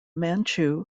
manchu